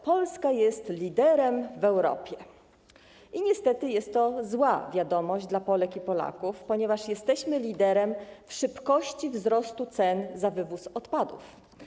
Polska jest liderem w Europie i niestety jest to zła wiadomość dla Polek i Polaków, ponieważ jesteśmy liderem w szybkości wzrostu cen za wywóz odpadów.